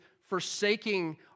forsaking